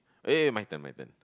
wait wait my turn my turn